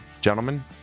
Gentlemen